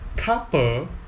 couple